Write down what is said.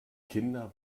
kinder